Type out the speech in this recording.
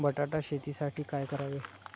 बटाटा शेतीसाठी काय करावे?